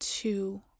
Two